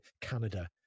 Canada